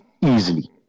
easily